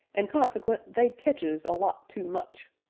an', consequent, they ketches a lot too much.